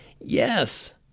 yes